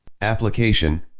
Application